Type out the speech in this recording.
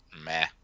meh